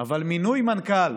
אבל מינוי מנכ"ל